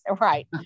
right